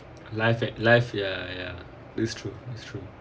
life in life ya ya that's true that's true